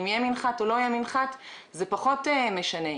אם יהיה מנחת או לא יהיה מנחת זה פחות משנה.